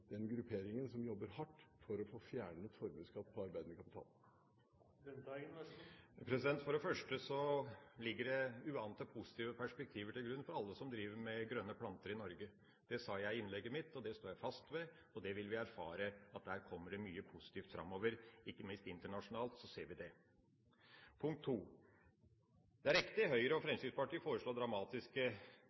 den grupperingen som jobber hardt for å få fjernet formuesskatt på arbeidende kapital? For det første ligger det uante positive perspektiver til grunn for alle som driver med grønne planter i Norge. Det sa jeg i innlegget mitt, og det står jeg fast ved. Vi vil erfare at der kommer det mye positivt framover, ikke minst internasjonalt ser vi det. Punkt 2: Det er riktig – Høyre og Fremskrittspartiet foreslår